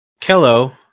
Kello